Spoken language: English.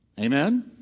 Amen